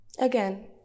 Again